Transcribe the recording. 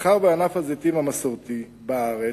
מאחר שענף הזיתים המסורתי בארץ,